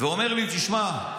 ואומר לי, תשמע,